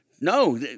No